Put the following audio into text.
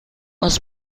muss